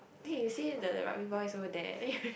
there you see the rugby boys over there